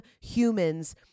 humans